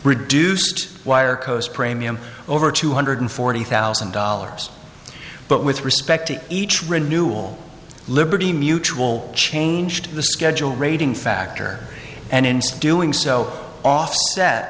reduced wire coast premium over two hundred forty thousand dollars but with respect to each renewal liberty mutual changed the schedule rating factor and instead doing so offset